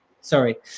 Sorry